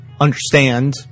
understand